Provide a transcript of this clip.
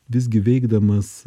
visgi veikdamas